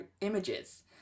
images